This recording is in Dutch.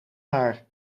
naar